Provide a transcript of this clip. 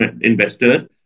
investor